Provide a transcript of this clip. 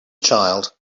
child